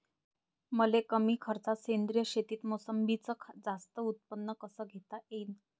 मले कमी खर्चात सेंद्रीय शेतीत मोसंबीचं जास्त उत्पन्न कस घेता येईन?